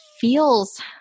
feels